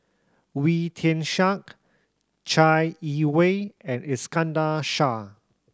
Wee Tian Siak Chai Yee Wei and Iskandar Shah